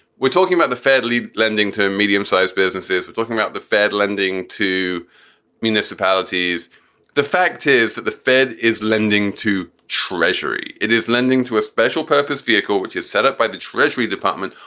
we're talking about the fairly lending to medium sized businesses. we're talking about the fed lending to municipalities the fact is that the fed is lending to treasury. it is lending to a special purpose vehicle, which is set up by the treasury department.